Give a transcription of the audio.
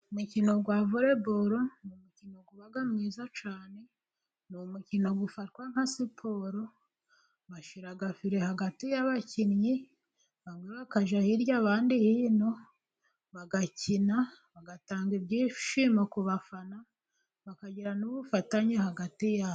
Umikino wa vore boro ni umukino uba mwiza cyane, ni umukino ufatwa nka siporo, bashyira fire hagati y'abakinnyi, bamwe bakajya hirya abandi hino bagakina, bagatanga ibyishimo ku bafana, bakagira n'ubufatanye hagati yabo.